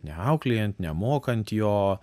neauklėjant nemokant jo